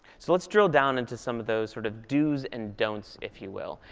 so let's drill down into some of those sort of do's and don'ts, if you will.